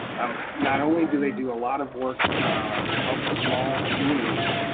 um not only do they do a lot of work to help small communities,